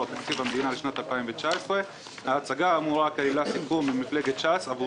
תקציב המדינה לשנת 2019. ההצגה האמורה כללה סיכום עם מפלגת ש"ס עבור